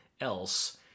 else